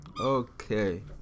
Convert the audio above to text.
Okay